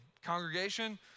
Congregation